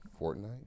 Fortnite